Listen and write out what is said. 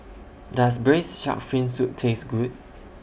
Does Braised Shark Fin Soup Taste Good